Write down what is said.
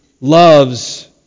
loves